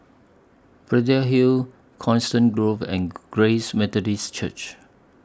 Braddell Hill Coniston Grove and Grace Methodist Church